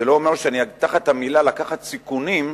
זה לא אומר שתחת המלים "לקחת סיכונים",